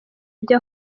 byo